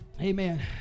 Amen